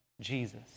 jesus